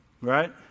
Right